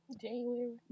January